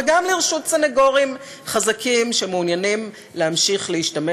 וגם לרשות סנגורים חזקים שמעוניינים להמשיך להשתמש